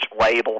label